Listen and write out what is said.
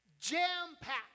jam-packed